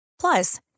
Plus